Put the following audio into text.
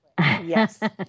Yes